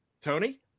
Tony